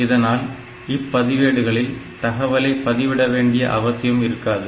இதனால் இப்பதிவேடுகளில் தகவலை பதிவிட வேண்டிய அவசியம் இருக்காது